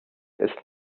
ist